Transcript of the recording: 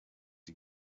die